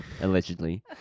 allegedly